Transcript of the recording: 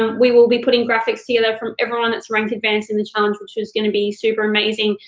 we will be putting graphics together from everyone that's rank advanced in the challenge, which is gonna be super amazing,